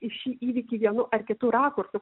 į šį įvykį vienu ar kitu rakursu